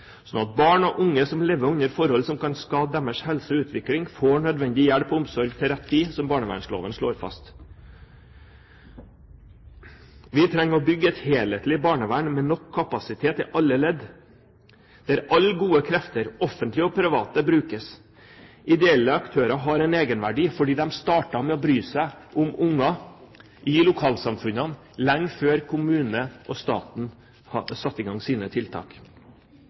sånn at «barn og unge som lever under forhold som kan skade deres helse og utvikling, får nødvendig hjelp og omsorg til rett tid», som barnevernsloven slår fast. Vi trenger å bygge et helhetlig barnevern med nok kapasitet i alle ledd, der alle gode krefter, offentlige og private, brukes. Ideelle aktører har en egenverdi fordi de startet med å bry seg om ungene i lokalsamfunnene lenge før kommunene og staten satte i gang sine tiltak.